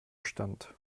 stand